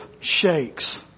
shakes